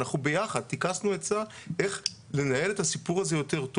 אנחנו ביחד תכסנו עצה איך לנהל את הסיפור הזה טוב יותר,